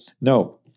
No